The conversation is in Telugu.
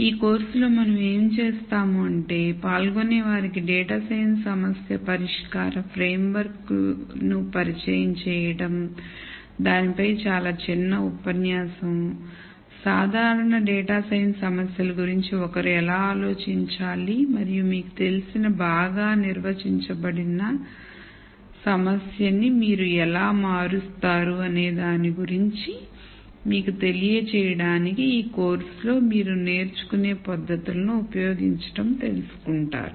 ఈ కోర్సు లో మనం ఏమి చేస్తాము అంటే పాల్గొనేవారిని డేటా సైన్స్ సమస్య పరిష్కార ఫ్రేమ్వర్క్కు పరిచయం చేయడం దానిపై చాలా చిన్న ఉపన్యాసం సాధారణ డేటా సైన్స్ సమస్యల గురించి ఒకరు ఎలా ఆలోచించాలి మరియు మీకు తెలిసిన బాగా నిర్వచించబడని సమస్యను మీరు ఎలా మారుస్తారు అనేదాని గురించి మీకు తెలియజేయడానికి ఈ కోర్సులో మీరు నేర్చుకునే పద్ధతులను ఉపయోగించడం తెలుసుకుంటారు